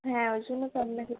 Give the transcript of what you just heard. হ্যাঁ ওই জন্য তো আপনাকে